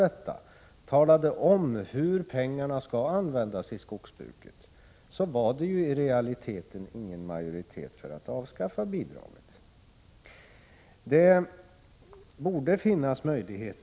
1986/87:124 användas i skogsbruket, var det i realiteten ingen majoritet för att avskaffa — 15 maj 1987 bidraget.